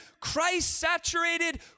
Christ-saturated